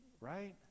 right